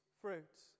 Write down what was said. fruits